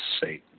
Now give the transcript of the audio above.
Satan